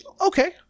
okay